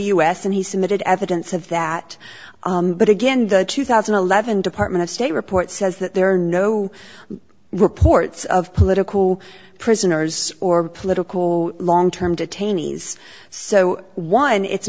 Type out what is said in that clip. us and he submitted evidence of that but again the two thousand and eleven department of state report says that there are no reports of political prisoners or political long term detainees so one it's